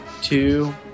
two